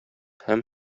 һәм